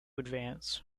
advance